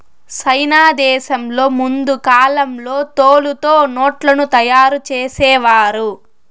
సైనా దేశంలో ముందు కాలంలో తోలుతో నోట్లను తయారు చేసేవారు